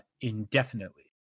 indefinitely